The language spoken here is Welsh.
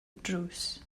drws